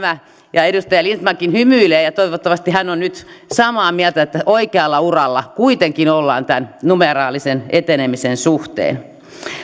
edustaja lindtmankin hymyilee ja ja toivottavasti hän on nyt samaa mieltä että oikealla uralla kuitenkin ollaan tämän numeraalisen etenemisen suhteen